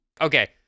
Okay